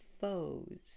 foes